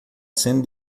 sendo